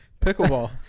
Pickleball